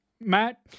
Matt